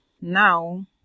now